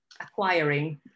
acquiring